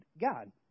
God